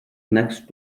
next